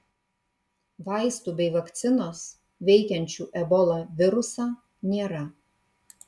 vaistų bei vakcinos veikiančių ebola virusą nėra